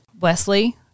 Wesley